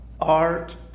art